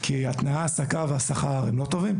כי הם לא טובים.